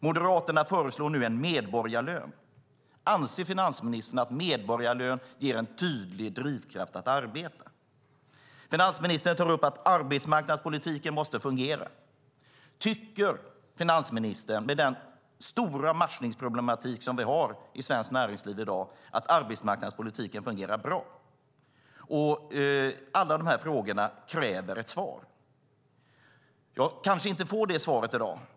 Moderaterna föreslår nu en medborgarlön. Anser finansministern att medborgarlön ger en tydlig drivkraft för att arbeta? Finansministern tar upp att arbetsmarknadspolitiken måste fungera. Tycker finansministern, med den stora matchningsproblematik som vi har i svenskt näringsliv i dag, att arbetsmarknadspolitiken fungerar bra? Alla dessa frågor kräver ett svar. Jag kanske inte får detta svar i dag.